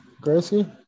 Gracie